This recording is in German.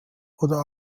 oder